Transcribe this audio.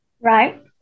Right